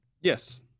Yes